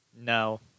No